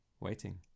waiting